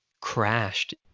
crashed